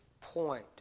point